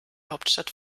hauptstadt